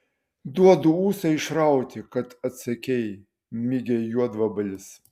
duodu ūsą išrauti kad atsakei mygia juodvabalis